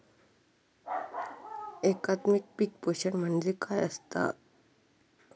एकात्मिक पीक पोषण म्हणजे काय असतां?